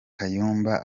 kayumba